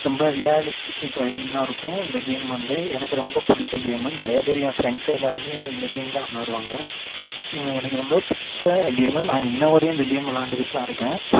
ரொம்ப ரியாலிஸ்டிக்கு டிரைவிங்காக இருக்கும் இந்த கேம் வந்து எனக்கு ரொம்ப பிடிச்ச கேமு நிறையா பேர் என் ஃப்ரெண்ட்ஸ் எல்லோருமே இந்த கேம் தான் விளையாடுவாங்க எனக்கு ரொம்ப பிடிச்ச கேமு நான் இன்று வரையும் இந்த கேம் விளையாண்டுக்கிட்டுதான் இருக்கேன்